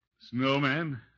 Snowman